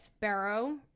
Barrow